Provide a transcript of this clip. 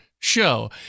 show